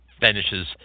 finishes